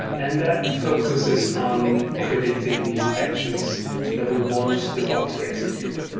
and that focuses on predicting these actions that we want the bot to execute.